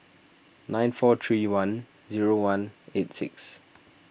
nine four three one one eight six